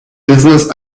business